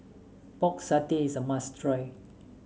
Pork Satay is a must try